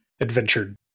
Adventure